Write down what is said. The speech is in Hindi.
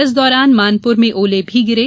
इस दौरान मानपूर में ओले भी गिरे